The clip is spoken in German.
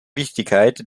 wichtigkeit